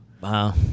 Wow